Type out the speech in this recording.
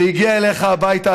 זה הגיע אליך הביתה,